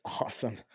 awesome